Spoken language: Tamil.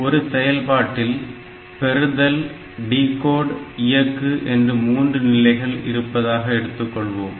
ஒரு செயல்பாட்டில் பெறுதல் டிகோட் இயக்கு என்று மூன்று நிலைகள் இருப்பதாக எடுத்துக்கொள்வோம்